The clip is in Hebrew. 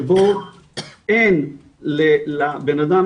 שבו אין לבנאדם,